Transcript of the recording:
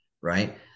right